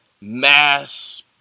mass